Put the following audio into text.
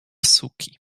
suki